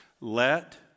Let